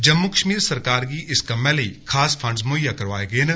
जम्मू कश्मीर सरकार गी इस कम्मा लेई खास फंड म्हैयया करोआए गेय